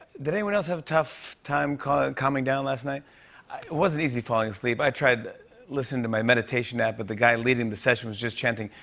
did anyone else have a tough time calming calming down last night? it wasn't easy falling asleep. i tried listening to my mediation app, but the guy leading the session was just chanting,